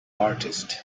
artist